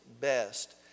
best